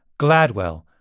GLADWELL